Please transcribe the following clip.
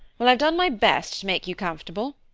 well, i've done my best to make you comfortable,